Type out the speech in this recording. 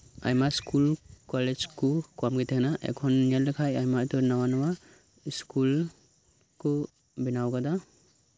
ᱟᱭᱢᱟ school college ᱠᱚ ᱠᱚᱢᱜᱮ ᱛᱟᱦᱮᱱᱟ ᱮᱠᱷᱚᱱ ᱧᱮᱞ ᱞᱮᱠᱷᱟᱱ ᱟᱭᱢᱟ ᱩᱛᱟᱹᱨ ᱱᱟᱶᱟ ᱱᱟᱶᱟ ᱥᱠᱩᱞ ᱠᱚ ᱵᱮᱱᱟᱣ ᱟᱠᱟᱫᱟ